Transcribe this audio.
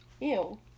Ew